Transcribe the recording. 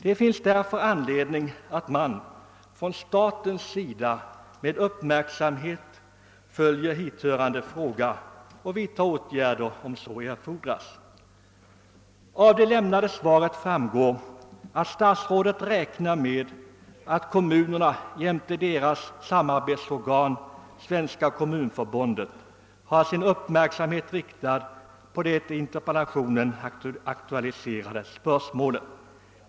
Det finns anledning att man från statens sida med uppmärksamhet följer hithörande frågor och vidtar åtgärder om så erfordras. Av det lämnade svaret framgår att statsrådet räknar med att kommunerna jämte deras samarbetsorgan, Svenska kommunförbundet, har sin uppmärksamhet riktad på det i interpellationen aktualiserade spörsmålet.